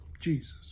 Jesus